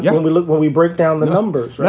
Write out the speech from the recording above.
yeah when we look when we break down the numbers,